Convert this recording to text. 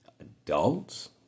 Adults